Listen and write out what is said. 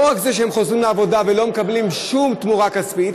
לא רק זה שהם חוזרים לעבודה ולא מקבלים שום תמורה כספית,